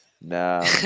Nah